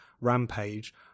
rampage